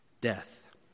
death